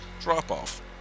drop-off